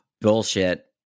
bullshit